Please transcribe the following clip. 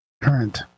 Current